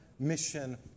Mission